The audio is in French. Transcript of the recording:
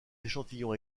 échantillon